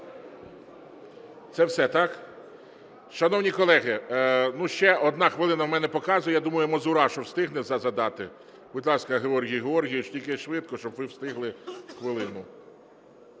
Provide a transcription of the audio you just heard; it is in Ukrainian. Це все, так? Шановні колеги, ну, ще одна хвилина, в мене показує, я думаю, Мазурашу встигне задати. Будь ласка, Георгій Георгійович. Тільки швидко, щоб ви встигли, хвилину.